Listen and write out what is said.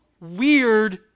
weird